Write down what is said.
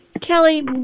Kelly